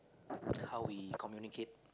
how we communicate